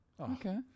Okay